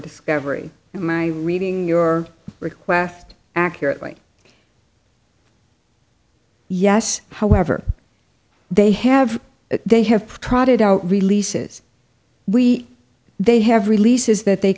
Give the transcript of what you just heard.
discovery and my reading your request accurately yes however they have they have trotted out releases we they have releases that they